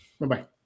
Bye-bye